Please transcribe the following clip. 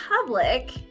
public